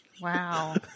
Wow